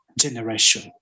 generation